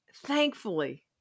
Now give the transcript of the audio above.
Thankfully